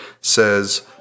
says